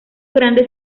grandes